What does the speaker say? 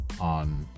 on